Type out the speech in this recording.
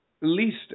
least